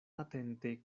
atente